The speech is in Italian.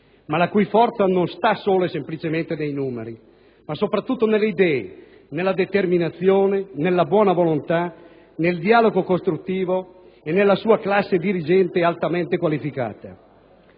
la cui forza non sta solo e semplicemente nei numeri ma soprattutto nelle idee, nella determinazione, nella buona volontà, nel dialogo costruttivo e nella sua classe dirigente altamente qualificata.